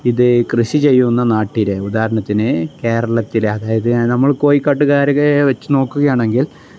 ഇത് കൃഷി ചെയ്യുന്ന നാട്ടിലെ ഉദാഹരണത്തിന് കേരളത്തിലെ അതായത് നമ്മൾ കോഴിക്കോട്ടുകാരെയൊക്കെ വച്ചു നോക്കുകയാണെങ്കിൽ